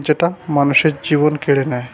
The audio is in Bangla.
যেটা মানুষের জীবন কেড়ে নেয়